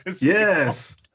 Yes